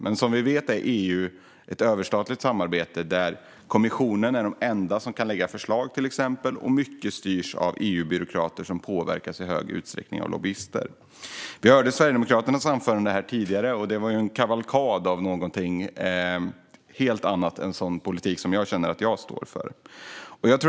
Men som vi vet är EU ett överstatligt samarbete där kommissionen till exempel är den enda som kan lägga fram förslag, och mycket styrs av EU-byråkrater som i hög utsträckning påverkas av lobbyister. Vi hörde här tidigare Sverigedemokraternas anförande. Det var en kavalkad av någonting helt annat än sådan politik som jag känner att jag står för.